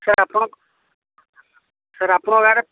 sir ଆପଣ sir ଆପଣଙ୍କ ଆଡ଼େ